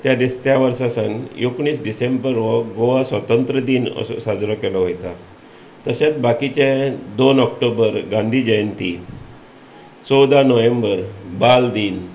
त्या दिसा त्या वर्सा सावन एकोणीस डिसेंबर हो गोवा स्वातंत्र दीन असो साजरो केलो वयता तशेंच बाकीचे दोन ऑक्टोबर गांधी जयंती चवदा नोव्हेंबर बालदिन